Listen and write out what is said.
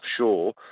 offshore